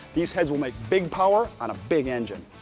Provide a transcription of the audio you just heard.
these heads will make big power on a big engine.